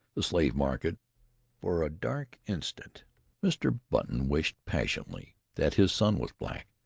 the slave market for a dark instant mr. button wished passionately that his son was black